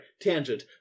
tangent